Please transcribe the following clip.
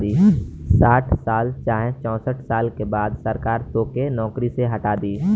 साठ साल चाहे चौसठ साल के बाद सरकार तोके नौकरी से हटा दी